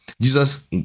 jesus